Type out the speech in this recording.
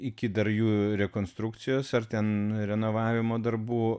iki dar jų rekonstrukcijos ar ten renovavimo darbų